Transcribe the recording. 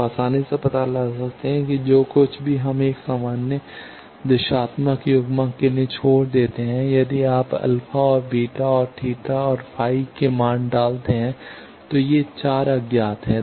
आप आसानी से पता लगा सकते हैं कि जो कुछ भी हम एक सामान्य दिशात्मक युग्मक के लिए छोड़ देते हैं यदि आप अल्फा बीटा और थीटा और फाइ के मान डालते हैं तो ये 4 अज्ञात हैं